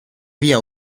via